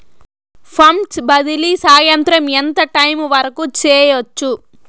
funds బదిలీ సాయంత్రం ఎంత టైము వరకు చేయొచ్చు